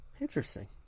Interesting